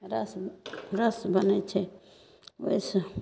रस रस बनैत छै ओहि से